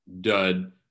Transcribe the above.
dud